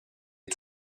est